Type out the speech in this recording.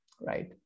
right